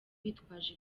bitwaje